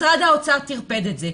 משרד האוצר טרפד את זה.